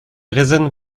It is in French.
raisonne